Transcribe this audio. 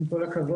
עם כל הכבוד.